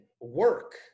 work